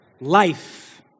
Life